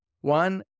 One